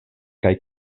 kaj